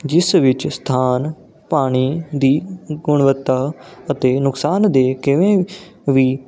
ਜਿਸ ਵਿੱਚ ਸਥਾਨ ਪਾਣੀ ਦੀ ਗੁਣਵੱਤਾ ਅਤੇ ਨੁਕਸਾਨ ਦੇ ਕਿਵੇਂ ਵੀ